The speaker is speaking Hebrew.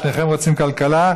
שניכם רוצים כלכלה.